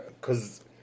cause